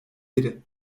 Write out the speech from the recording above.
biri